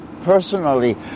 personally